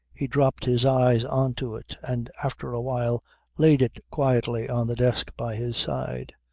he dropped his eyes on to it and after a while laid it quietly on the desk by his side.